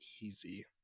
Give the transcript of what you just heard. easy